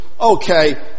okay